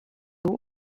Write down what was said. haut